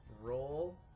roll